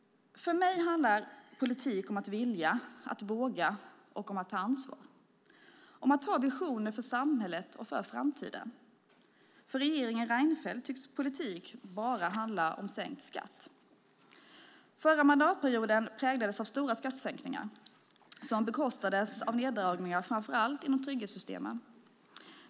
För mig handlar politik om att vilja, att våga och att ta ansvar. Det handlar om att ha visioner för samhället och för framtiden. För regeringen Reinfeldt tycks politik bara handla om sänkt skatt. Förra mandatperioden präglades av stora skattesänkningar som bekostades av neddragningar framför allt inom trygghetssystemen.